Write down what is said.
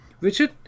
Richard